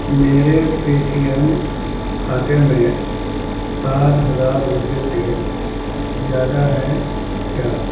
میرے Paytm کھاتے میں سات ہزار روپے سے زیادہ ہیں کیا